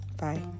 bye